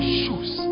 shoes